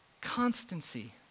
Constancy